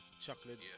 chocolate